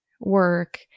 work